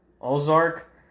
Ozark